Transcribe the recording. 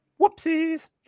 Whoopsies